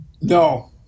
No